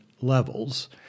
levels